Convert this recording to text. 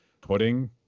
putting